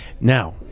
Now